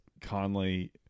Conley